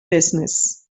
business